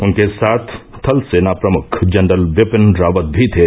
उनके साथ थल सेना प्रमुख जनरल बिपिन रावत भी थे